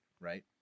right